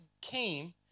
came